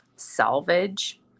Salvage